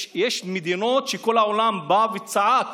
יש מדינות שכל העולם בא וצעק